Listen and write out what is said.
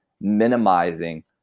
minimizing